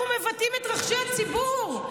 אנחנו מבטאים את רחשי הציבור.